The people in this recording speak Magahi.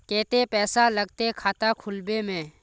केते पैसा लगते खाता खुलबे में?